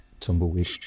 Tumbleweed